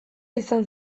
izan